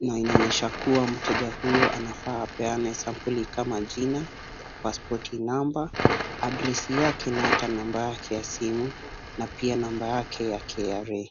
na inaonyesha kuwa mteja huyo anafaa peane sampuli kama jina, paspoti namba, adresi yake na hata namba yake ya simu na pia namba yake ya KRA.